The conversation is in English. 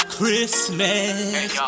Christmas